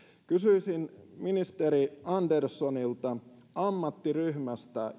kysyisin ministeri anderssonilta ammattiryhmästä